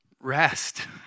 Rest